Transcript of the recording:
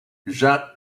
jacques